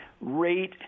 rate